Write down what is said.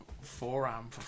forearm